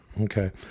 Okay